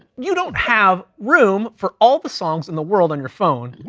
you don't have room for all the songs in the world on your phone,